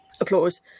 applause